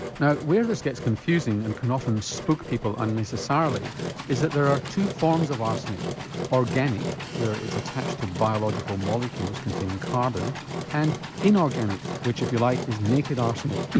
now where this gets confusing and can often spook people unnecessarily is that there are two forms of arsenic organic where it's attached to biological molecules containing carbon and inorganic which, if you like, is naked arsenic.